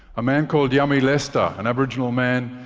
a man called yami lester, an aboriginal man,